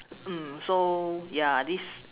mm so ya this